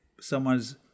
someone's